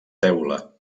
teula